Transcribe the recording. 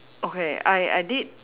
okay I I did